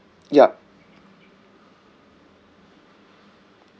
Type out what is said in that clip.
ya